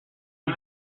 die